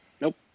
Nope